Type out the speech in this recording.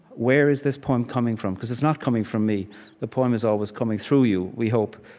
where is this poem coming from? because it's not coming from me the poem is always coming through you, we hope.